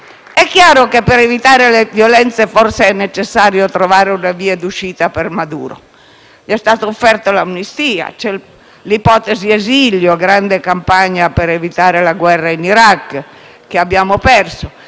è chiaro che per evitare le violenze forse è necessario trovare una via d'uscita per Maduro. Gli è stata offerta l'amnistia, l'ipotesi esilio (grande campagna per evitare la guerra in Iraq che abbiamo perso)